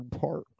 Park